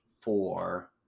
four